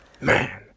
man